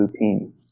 Lupine